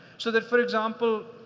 so that, for example,